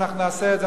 ואנחנו נעשה את זה,